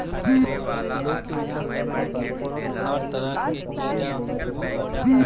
लोग के ऊपर वन और प्राकृतिक संपदा के बचवला के जिम्मेदारी होला